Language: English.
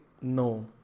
no